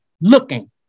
looking